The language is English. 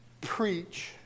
preach